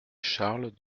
charles